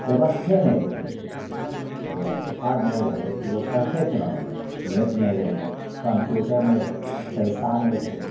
बेबस्थे नहि रहै रहे बेबस्था नहि रहै तऽ लोक पढ़तै कोना ऑनलाइन नेट नहि रहै रहे कम्प्यूटर नहि रहै पइसा नहि रहै